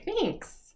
Thanks